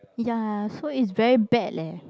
ya so it's very bad leh